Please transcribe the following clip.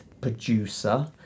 producer